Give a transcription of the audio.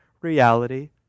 reality